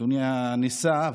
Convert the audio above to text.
אדוני ניסה,